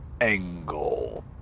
Angle